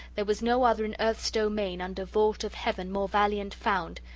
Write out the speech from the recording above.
there was no other in earth's domain, under vault of heaven, more valiant found,